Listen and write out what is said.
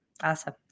Awesome